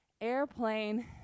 airplane